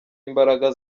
imbaraga